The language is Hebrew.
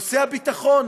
נושא הביטחון,